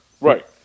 right